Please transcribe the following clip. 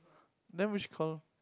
then which column